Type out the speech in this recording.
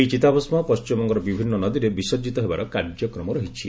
ଏହି ଚିତାଭସ୍କ ପଶ୍ଚିମବଙ୍ଗର ବିଭିନ୍ନ ନଦୀରେ ବିସର୍ଜିତ ହେବାର କାର୍ଯ୍ୟକ୍ରମ ରହିଛି